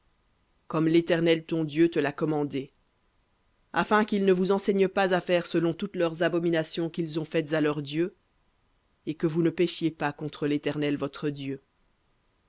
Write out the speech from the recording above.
comme l'éternel ton dieu te l'a commandé afin qu'ils ne vous enseignent pas à faire selon toutes leurs abominations qu'ils ont faites à leurs dieux et que vous ne péchiez pas contre l'éternel votre dieu